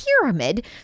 pyramid